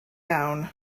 gown